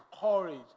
Courage